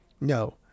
no